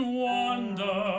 wonder